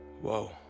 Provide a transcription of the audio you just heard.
whoa